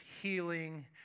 healing